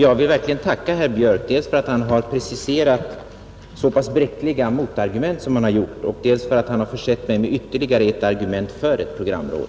Jag vill verkligen tacka herr Björk dels för att han har presterat så pass bräckliga motargument som han gjort, dels för att han försett mig med ytterligare ett argument för ett programråd.